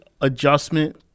adjustment